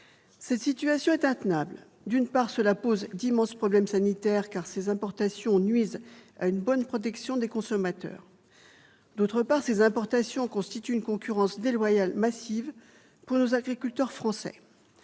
Cette situation est intenable ! D'une part, elle pose d'immenses problèmes sanitaires, car ces importations nuisent à une bonne protection des consommateurs. D'autre part, ces importations constituent une concurrence déloyale massive pour nos agriculteurs français.